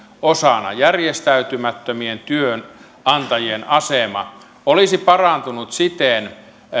tämä järjestäytymättömien työnantajien asema olisi parantunut siten